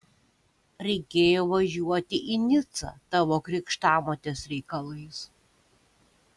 reikėjo važiuoti į nicą tavo krikštamotės reikalais